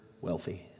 wealthy